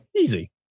easy